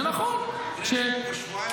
זה נכון --- אז איך זה שבשבועיים